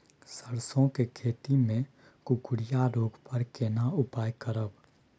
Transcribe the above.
सरसो के खेती मे कुकुरिया रोग पर केना उपाय करब?